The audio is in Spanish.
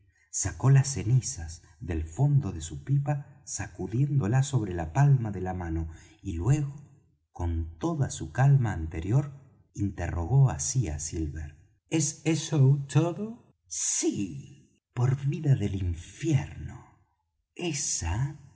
sacó las cenizas del fondo de su pipa sacudiéndola sobre la palma de la mano y luego con toda su calma anterior interrogó así á silver es eso todo sí por vida del infierno esa